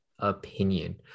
Opinion